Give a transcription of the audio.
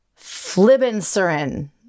flibanserin